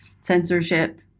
censorship